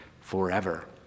forever